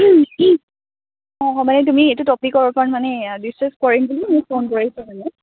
অঁ মানে তুমি এইটো টপিকৰ ওপৰত মানে ডিচকাছ কৰিম বুলি মোক ফোন কৰিছা মানে